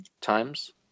times